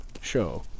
show